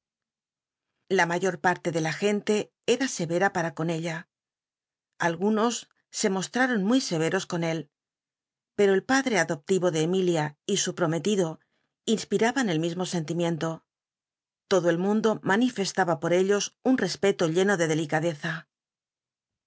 la mayor parle de la gente cm seycra pam con ella algunos se mostraron mu y everos con el pero el pad re adopti vo de emilia y su prometido inspiraban el mismo sentimiento todo el mundo manifestaba po r ellos un respeto lleno de delicadeza